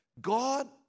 God